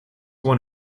won